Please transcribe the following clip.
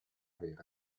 verdi